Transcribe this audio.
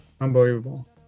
Unbelievable